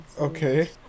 Okay